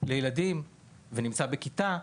לילדים ולהימצא בכיתה,